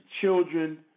children